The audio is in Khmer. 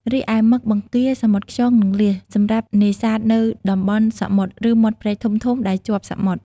រីឯ មឹក បង្គា សមុទ្រខ្យង និងលៀស សម្រាប់នេសាទនៅតំបន់សមុទ្រ ឬមាត់ព្រែកធំៗដែលជាប់សមុទ្រ។